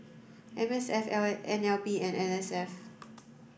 M S F L A N L B and N S F